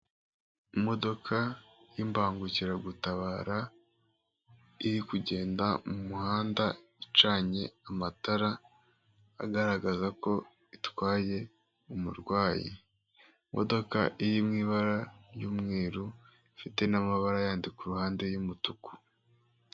Imodoka y'imbangukiragutabara, iri kugenda mu muhanda icanye amatara agaragaza ko itwaye umurwayi, imodoka iri mu ibara ry'umweru, ifite n'amabara yandi ku ruhande y'umutuku.